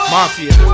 Mafia